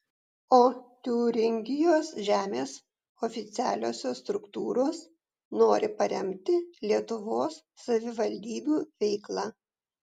o tiūringijos žemės oficialiosios struktūros nori paremti lietuvos savivaldybių veiklą